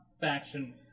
faction